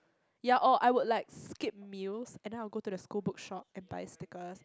ya or I will like skip meals and I will go to the school bookshop and buy sticker